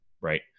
right